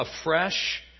afresh